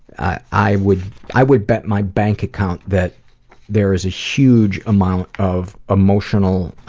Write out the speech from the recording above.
ah i would i would bet my bank account that there's a huge amount of emotional, ah,